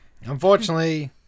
Unfortunately